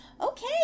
Okay